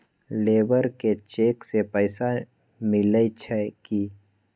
Labour के cheque से पैसा मिलई छई कि?